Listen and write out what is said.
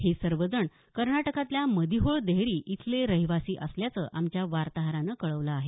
हे सर्वजण कर्नाटकातल्या मदिहोळ देहरी इथले रहिवासी असल्याचं आमच्या वार्ताहरानं कळवलं आहे